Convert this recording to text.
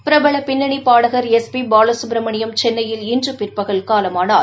பிரபல பின்னணி பாடகா எஸ் பி பாலசப்ரமணியம் சென்னையில் இன்று பிற்பகல் காலமானார்